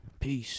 Peace